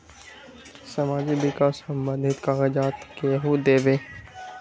समाजीक विकास संबंधित कागज़ात केहु देबे?